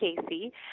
Casey